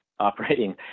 operating